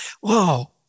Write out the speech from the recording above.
Whoa